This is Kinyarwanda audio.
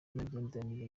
imigenderanire